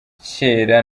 kera